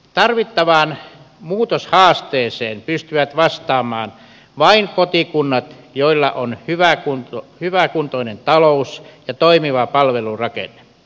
tarvittavaan muutoshaasteeseen pystyvät vastaamaan vain kotikunnat joilla on hyväkuntoinen talous ja toimiva palvelurakenne